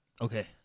Okay